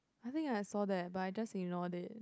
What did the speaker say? I think I saw that but I just ignored it